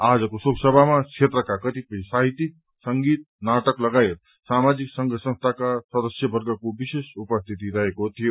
आजको शोकसभामा क्षेत्रका कतिपय साहित्यिक संगित नाटक लगायत सामाजिक संघ संस्थाका सदस्यवर्ग विशेष रूपमा उपस्थिति रहेका थिए